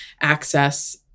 access